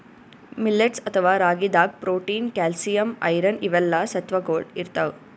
millets ಅಥವಾ ರಾಗಿದಾಗ್ protein, calcium, iron ಇವೆಲ್ಲಾ ಸತ್ವಗೊಳ್ ಇರ್ತವ್